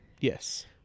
Yes